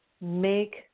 make